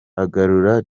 agarura